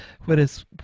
Whereas